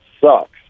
sucks